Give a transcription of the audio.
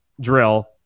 drill